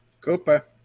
cooper